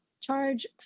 charge